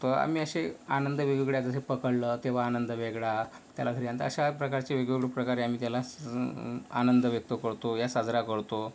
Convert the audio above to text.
तर आम्ही असे आनंद वेगवेगळ्या जसे पकडलं तेव्हा आनंद वेगळा त्याला घरी आणता अशा प्रकारचे वेगवेगळ्या प्रकारे आम्ही त्याला स आनंद व्यक्त करतो या साजरा करतो